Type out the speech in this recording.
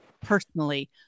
personally